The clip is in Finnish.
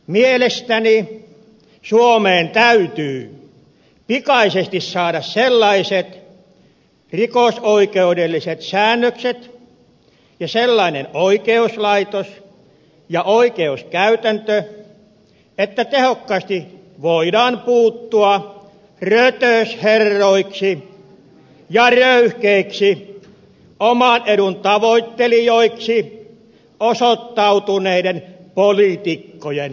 mielestäni suomeen täytyy pikaisesti saada sellaiset rikosoikeudelliset säännökset ja sellainen oikeuslaitos ja oikeuskäytäntö että tehokkaasti voidaan puuttua rötösherroiksi ja röyhkeiksi oman edun tavoittelijoiksi osoittautuneiden poliitikkojen touhuihin